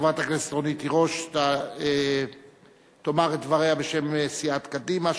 חברת הכנסת רונית תירוש תאמר את דבריה בשם סיעת קדימה.